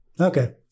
Okay